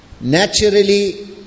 Naturally